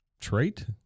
trait